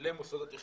למוסדות התכנון.